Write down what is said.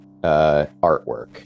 artwork